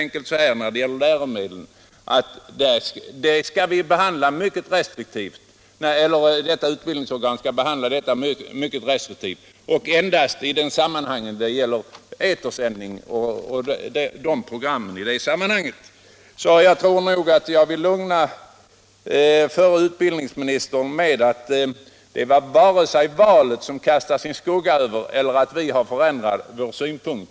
Vad sedan gäller det aktuella utbildningsorganets produktion av trycksaker har vi sagt att den produktionen skall ske mycket restriktivt och endast i sådana fall då det sker i samband med etersändningarna och programmen där. Jag kan alltså lugna förre utbildningsministern med att det inte har varit valet som har kastat sin skugga över propositionsbordläggningen och inte heller att vi har ändrat ståndpunkt.